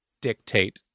dictate